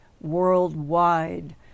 worldwide